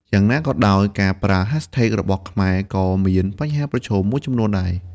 យ៉ាងណាក៏ដោយ ការប្រើ hashtags របស់ខ្មែរក៏មានបញ្ហាប្រឈមមួយចំនួនដែរ។